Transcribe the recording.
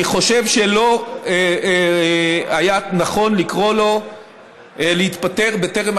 אני חושב שלא היה נכון לקרוא לו להתפטר בטרם